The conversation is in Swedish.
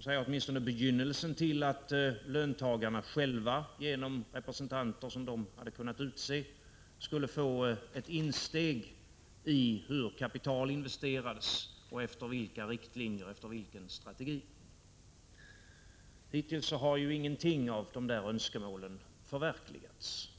kunna vara begynnelsen till att löntagarna själva, genom representanter som de hade kunnat utse, skulle få en insikt i hur kapital investerades, efter vilka riktlinjer och efter vilken strategi. Hittills har ingenting av dessa önskemål förverkligats.